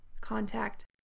contact